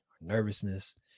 nervousness